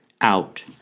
out